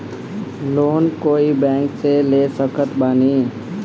Loan कोई bank से ले सकत बानी?